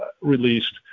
released